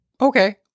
Okay